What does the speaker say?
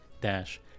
dash